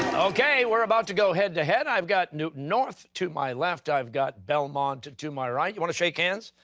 okay, we're about to go head to head. i've got newton north to my left, i've got belmont to to my right. you want to shake hands,